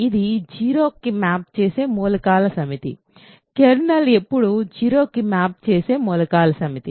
ఇది 0 కు మ్యాప్ చేసే మూలకాల సమితి కెర్నల్ ఎల్లప్పుడూ 0కి మ్యాప్ చేసే మూలకాల సమితి